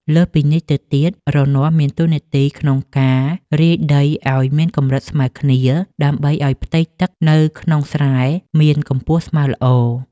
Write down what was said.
លើសពីនេះទៅទៀត រនាស់មានតួនាទីក្នុងការរាយដីឱ្យមានកម្រិតស្មើគ្នា ដើម្បីឱ្យផ្ទៃទឹកនៅក្នុងស្រែមានកម្ពស់ស្មើល្អ។